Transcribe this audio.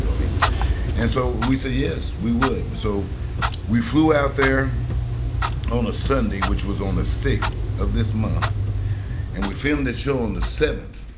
i mean and so we said yes, we would. so we flew out there on a sunday which was on the sixth of this month and we filmed that show on the seventh.